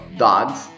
Dogs